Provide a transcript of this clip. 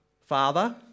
father